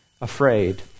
afraid